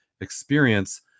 experience